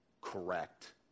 correct